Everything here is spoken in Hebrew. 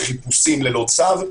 וחיפושים ללא צו.